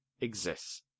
exists